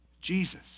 Jesus